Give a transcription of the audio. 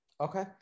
Okay